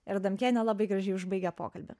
ir adamkienė labai gražiai užbaigė pokalbį